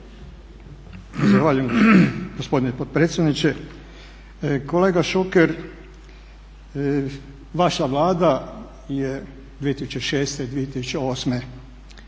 Zahvaljujem gospodine potpredsjedniče. Kolega Šuker, vaša Vlada je 2006. i 2008.